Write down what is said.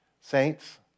Saints